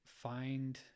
find